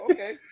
Okay